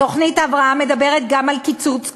תוכנית ההבראה מדברת גם על קיצוץ כוח-אדם,